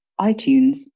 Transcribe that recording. iTunes